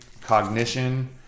cognition